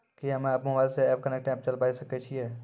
कि हम्मे मोबाइल मे एम कनेक्ट एप्प चलाबय सकै छियै?